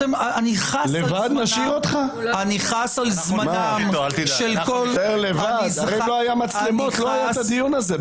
אם לא היה מצלמות, לא היה הדיון הזה.